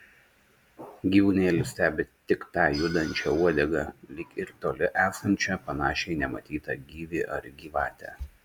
gyvūnėlis stebi tik tą judančią uodegą lyg ir toli esančią panašią į nematytą gyvį ar gyvatę